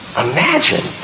imagine